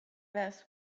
best